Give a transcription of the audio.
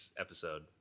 episode